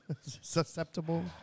Susceptible